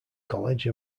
college